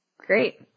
great